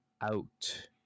out